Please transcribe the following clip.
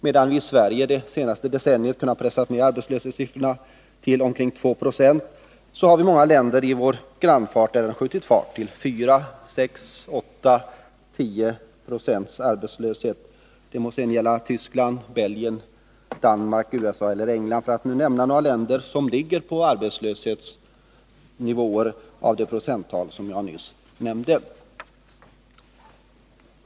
Medan vi i Sverige det senaste decenniet kunnat pressa ner arbetslöshetssiffrorna till omkring 2 7, har de i många länder i vår grannskap gått upp till 4, 6, 8 eller 10 Ze arbetslöshet. Det må sedan gälla Tyskland, Belgien, Danmark, USA eller England, för att nu nämna några länder vilkas arbetslöshetsnivå ligger på de procenttal som jag nyss nämnde.